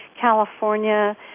California